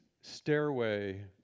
stairway